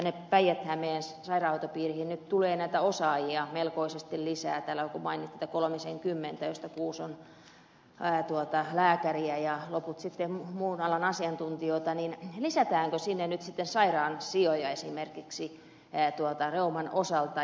kun päijät hämeen sairaanhoitopiiriin tulee nyt näitä osaajia melkoisesti lisää täällä joku mainitsi että kolmisenkymmentä joista kuusi on lääkäriä ja loput sitten muun alan asiantuntijoita niin lisätäänkö sinne nyt sitten sairaansijoja esimerkiksi reuman osalta